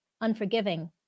unforgiving